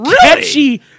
catchy